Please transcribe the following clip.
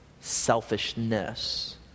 selfishness